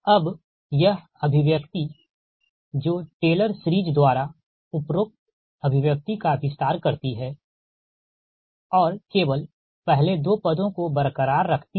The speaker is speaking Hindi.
अब यह अभिव्यक्ति जो टेलर सीरिज़ द्वारा उपरोक्त अभिव्यक्ति का विस्तार करती है और केवल पहले 2 पदों को बरकरार रखती है